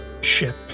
ship